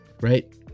Right